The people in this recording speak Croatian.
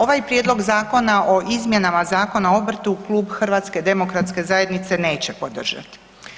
Ovaj prijedlog zakona o izmjenama Zakon o obrtu Klub HDZ-a neće podržat.